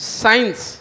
science